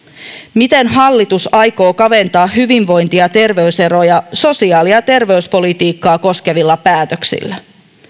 miten hallitus aikoo kaventaa hyvinvointi ja terveyseroja sosiaali ja terveyspolitiikkaa koskevilla päätöksillä